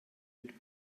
mit